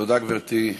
תודה, גברתי.